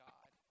God